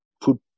put